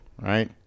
Right